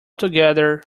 together